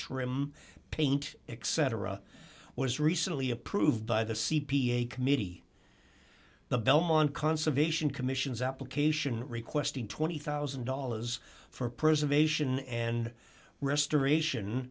trim paint etc was recently approved by the c p a committee the belmont conservation commission's application requesting twenty thousand dollars for preservation and restoration